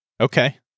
okay